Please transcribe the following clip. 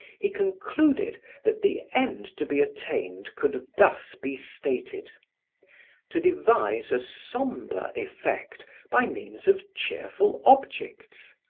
he concluded that the end to be attained could thus be stated to devise a sombre effect by means of cheerful objects,